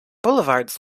boulevards